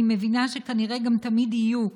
אני מבינה שכנראה גם תמיד יהיו,